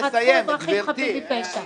שרצחו אזרחים חפים מפשע.